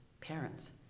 parents